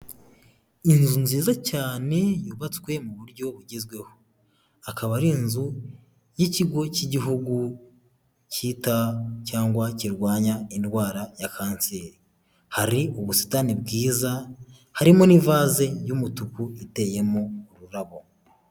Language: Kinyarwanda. Inzu nziza cyane yubatswe mu buryo bugezweho akaba ari inzu y'ikigo cy'igihugu cyita cyangwa kirwanya indwara ya kanseri hari ubusitani bwiza harimo n'ivaze y'umutuku iteyemo ururabo.